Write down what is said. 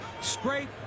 Scrape